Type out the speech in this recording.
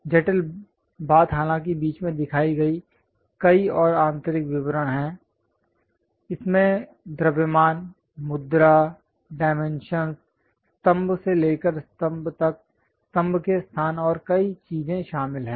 जटिल बात हालांकि बीच में दिखाए गए कई और आंतरिक विवरण हैं इसमें द्रव्यमान मुद्रा डायमेंशनस् स्तंभ से लेकर स्तंभ के स्थान और कई चीजें शामिल हैं